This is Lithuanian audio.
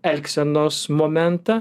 elgsenos momentą